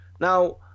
Now